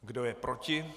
Kdo je proti?